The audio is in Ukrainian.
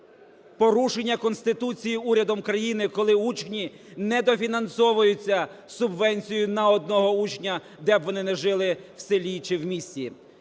порушення Конституції урядом країни, коли учні не дофінансовуються субвенцією на одного учня, де б вони не жили, в селі чи в місті.